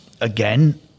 again